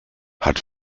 hat